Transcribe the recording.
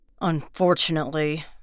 Unfortunately